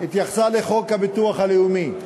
התייחסה לחוק הביטוח הלאומי.